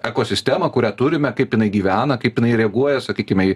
ekosistemą kurią turime kaip jinai gyvena kaip jinai reaguoja sakykime į